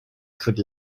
could